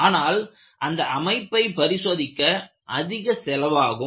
ஆனால் அந்த அமைப்பை பரிசோதிக்க அதிக செலவாகும்